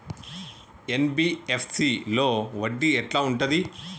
NBFC లో వడ్డీ ఎట్లా ఉంటది?